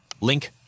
Link